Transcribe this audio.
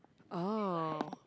oh